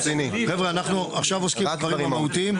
חבר'ה, אנחנו עוסקים עכשיו בדברים המהותיים.